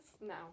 No